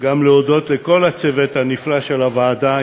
גם להודות לכל הצוות הנפלא של הוועדה,